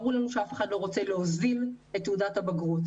ברור לנו שאף אחד לא רוצה להוזיל את תעודת הבגרות,